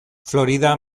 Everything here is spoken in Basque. florida